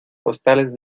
postales